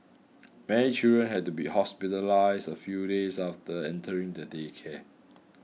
many children had to be hospitalised a few days after entering the daycare